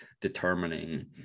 determining